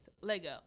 Lego